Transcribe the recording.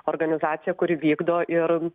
organizacija kuri vykdo ir